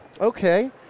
Okay